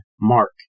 Mark